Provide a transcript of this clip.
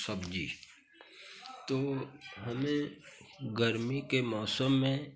सब्जी तो हमें गर्मी के मौसम में